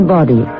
Body